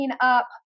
up